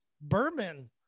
bourbon